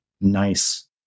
nice